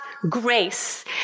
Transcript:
grace